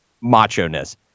macho-ness